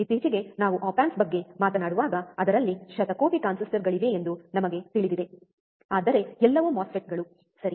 ಇತ್ತೀಚೆಗೆ ನಾವು op amps ಬಗ್ಗೆ ಮಾತನಾಡುವಾಗ ಅದರಲ್ಲಿ ಶತಕೋಟಿ ಟ್ರಾನ್ಸಿಸ್ಟರ್ಗಳಿವೆ ಎಂದು ನಮಗೆ ತಿಳಿದಿದೆ ಆದರೆ ಎಲ್ಲವೂ ಮೊಸ್ಫೆಟ್ ಗಳು ಸರಿ